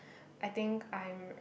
I think I'm